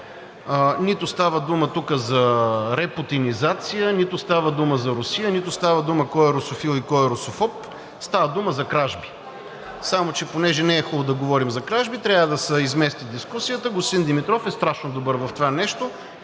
Нито става дума тук за репутинизация, нито става дума за Русия, нито става дума кой е русофил и кой е русофоб – става дума за кражби. Само че понеже не е хубаво да говорим за кражби, трябва да се измести дискусията. Господин Димитров е страшно добър в това нещо,